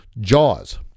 Jaws